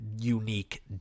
unique